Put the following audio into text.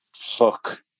hook